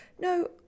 No